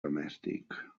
domèstic